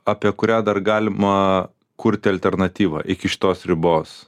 apie kurią dar galima kurti alternatyvą iki šitos ribos